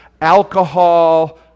alcohol